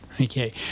okay